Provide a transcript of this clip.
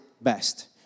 best